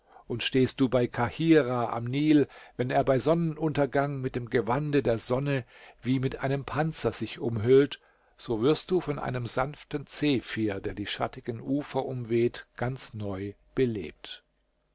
und stehst du bei kahirah am nil wenn er bei sonnenuntergang mit dem gewande der sonne wie mit einem panzer sich umhüllt so wirst du von einem sanften zephyr der die schattigen ufer umweht ganz neu belebt